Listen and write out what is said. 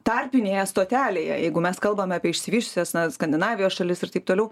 tarpinėje stotelėje jeigu mes kalbam apie išsivysčiusias na skandinavijos šalis ir taip toliau